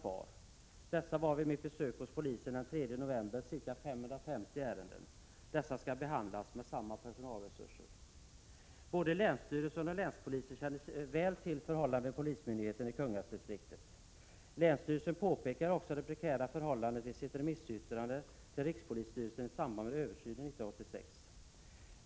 Detta utgjordes vid mitt besök hos polisen den 3 november av ca 550 ärenden, som skall behandlas med samma personalre Surs. Både länsstyrelsen och länspolisen känner väl till förhållandet vid polismyndigheten i Kungälvsdistriktet. Länsstyrelsen påpekar också det prekära förhållandet i sitt remissyttrande till rikspolisstyrelsen i samband med översynen 1986.